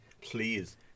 please